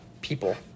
people